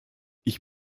ich